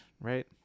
right